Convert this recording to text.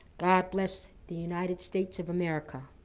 god bless the united states of america.